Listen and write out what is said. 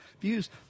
views